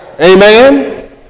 Amen